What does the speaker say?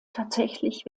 tatsächlich